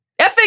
effing